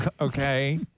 Okay